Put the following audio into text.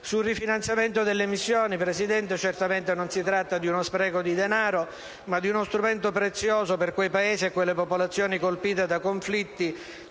Il rifinanziamento delle missioni, signora Presidente, certamente non è uno spreco di denaro, ma uno strumento prezioso per quei Paesi e quelle popolazioni colpite da conflitti,